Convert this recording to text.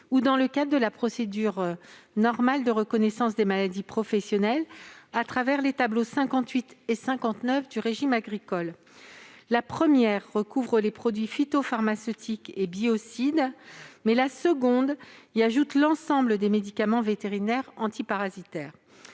dans le cadre de la procédure normale de reconnaissance des maladies professionnelles les tableaux 58 et 59 de maladies professionnelles du régime agricole. La première recouvre les produits phytopharmaceutiques et biocides, la seconde y ajoute les médicaments vétérinaires antiparasitaires.